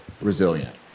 resilient